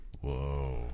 Whoa